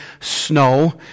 snow